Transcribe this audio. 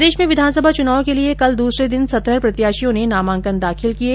प्रदेश में विधानसभा चुनाव के लिये कल दूसरे दिन सत्रह प्रत्याशियों ने नामांकन दाखिल किये